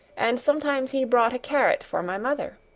and sometimes he brought a carrot for my mother.